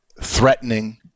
threatening